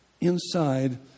inside